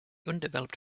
undeveloped